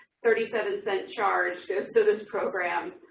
thirty seven cent charge to this program.